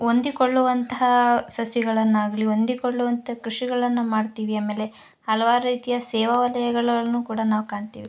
ಹೊಂದಿಕೊಳ್ಳುವಂತಹ ಸಸಿಗಳನ್ನಾಗಲಿ ಹೊಂದಿಕೊಳ್ಳುವಂಥ ಕೃಷಿಗಳನ್ನು ಮಾಡ್ತೀವಿ ಆಮೇಲೆ ಹಲವಾರು ರೀತಿಯ ಸೇವಾ ವಲಯಗಳನ್ನು ಕೂಡ ನಾವು ಕಾಣ್ತೀವಿ